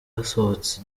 hasohotse